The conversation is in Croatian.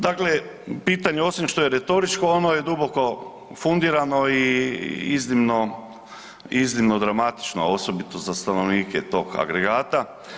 Dakle pitanje osim što je retoričko ono je duboko fundirano i iznimno, iznimno dramatično, a osobito za stanovnike tog agregata.